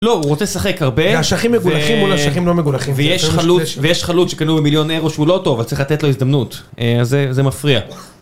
לא, הוא רוצה לשחק הרבה זה אשכים מגולחים מול אשכים לא מגולחים ויש חלוץ שקנו במיליון אירו שהוא לא טוב אבל צריך לתת לו הזדמנות זה מפריע